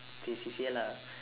this C_C_A lah